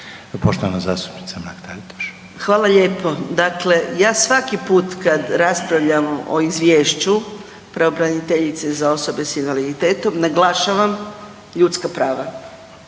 **Mrak-Taritaš, Anka (GLAS)** Hvala lijepo. Dakle ja svaki put kad raspravljamo o izvješću pravobraniteljice za osobe invaliditetom naglašavam ljudska prava.